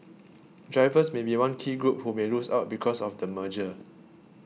drivers may be one key group who may lose out because of the merger